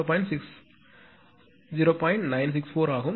964 ஆகும்